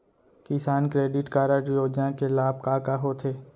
किसान credit card योजना के लाभ का का होथे?